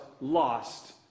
lost